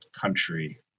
country